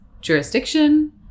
jurisdiction